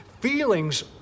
Feelings